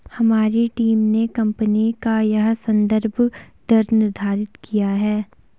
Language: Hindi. हमारी टीम ने कंपनी का यह संदर्भ दर निर्धारित किया है